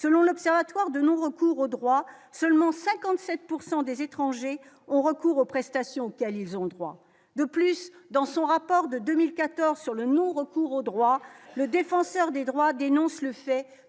selon l'Observatoire de non-recours aux droits seulement 57 pourcent des étrangers ont recours aux prestations auxquelles ils ont droit de plus dans son rapport de 2014 sur le non-recours aux droits, le défenseur des droits, dénonce le fait